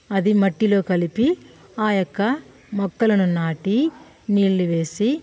అది మట్టిలో కలిపి ఆ యొక్క మొక్కలను నాటి నీళ్లు వేసి